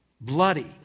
bloody